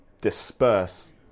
disperse